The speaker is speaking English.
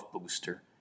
booster